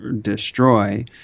destroy